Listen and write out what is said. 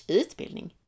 utbildning